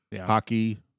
hockey